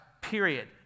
period